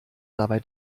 dabei